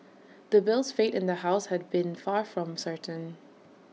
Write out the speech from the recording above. the bill's fate in the house had been far from certain